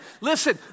listen